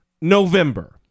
november